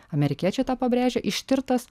amerikiečiai tą pabrėžia ištirtas